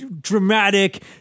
dramatic